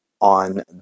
on